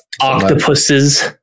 Octopuses